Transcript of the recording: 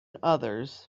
others